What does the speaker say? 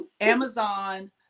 Amazon